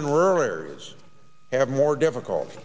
in rural areas have more difficulty